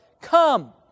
come